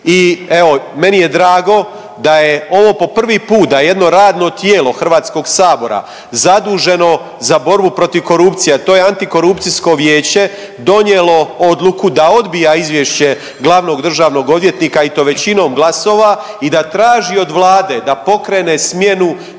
I evo meni je drago da je ovo po prvi put da je jedno radno tijelo Hrvatskog sabora zaduženo za borbu protiv korupcije, a to je Antikorupcijsko vijeće donijelo odluku da odbija izvješće glavnog državnog odvjetnika i to većinom glasova i da traži od Vlade da pokrene smjenu